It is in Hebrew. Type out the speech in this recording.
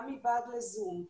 גם מבעד לזום,